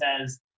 says